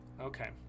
Okay